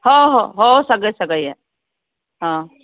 हो हो हो सगळे सगळे या हं